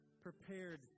prepared